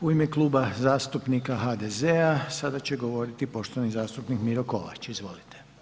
U ime Kluba zastupnika HDZ-a sada će govoriti poštovani zastupnik Miro Kovač, izvolite.